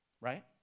right